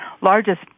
largest